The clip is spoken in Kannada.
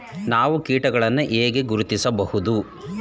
ನಾವು ಕೀಟಗಳನ್ನು ಹೇಗೆ ಗುರುತಿಸಬಹುದು?